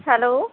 hello